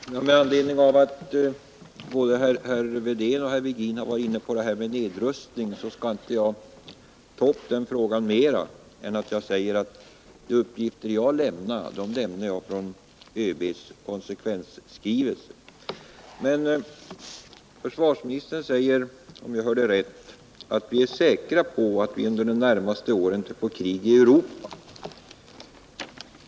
Herr talman! Med anledning av att både herr Wedén och herr Virgin varit inne på frågan om nedrustning skall jag inte ytterligare beröra den annat än genom att säga att de uppgifter jag lämnat är hämtade från ÖB:s konsekvensskrivelse. Försvarsministern säger, om jag hörde rätt, att vi är säkra på att vi under de närmaste åren inte skall få krig i Europa.